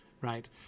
right